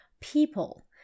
people